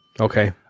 Okay